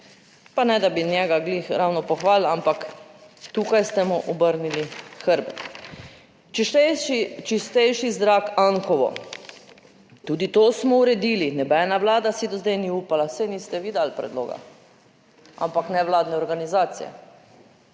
Pa ne, da bi njega glih ravno pohvalila, ampak tukaj ste mu obrnili hrbet. Čistejši, čistejši zrak Anhovo. Tudi to smo uredili, nobena vlada si do zdaj ni upala, saj niste vi dali predloga, ampak nevladne organizacije.